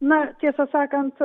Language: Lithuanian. na tiesą sakant